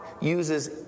uses